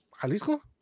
Jalisco